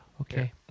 Okay